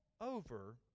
over